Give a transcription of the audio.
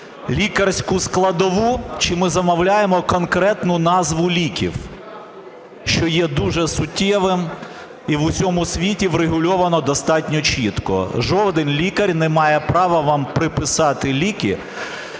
лікарську складову чи ми замовляємо конкретну назву ліків? Що є дуже суттєвим і в усьому світі врегульовано достатньо чітко: жоден лікар не має права вам приписати ліки